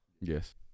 Yes